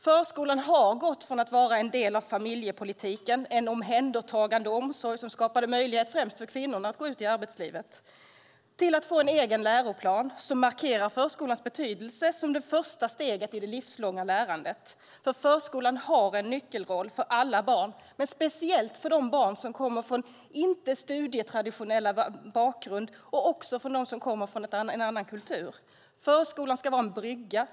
Förskolan har gått från att vara en del av familjepolitiken - en omhändertagande omsorg som skapade möjlighet främst för kvinnor att gå ut i arbetslivet - till att få en egen läroplan som markerar förskolans betydelse som det första steget i det livslånga lärandet. Förskolan har en nyckelroll för alla barn, men speciellt för de barn som kommer från inte studietraditionell bakgrund och för dem som kommer från en annan kultur. Förskolan ska vara en brygga.